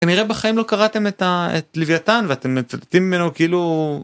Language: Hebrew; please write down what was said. כנראה בחיים לא קראתם את 'לווייתן' ואתם מצטטים ממנו כאילו...